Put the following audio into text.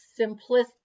simplistic